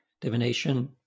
Divination